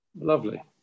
Lovely